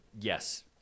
yes